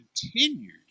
continued